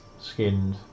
skinned